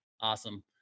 Awesome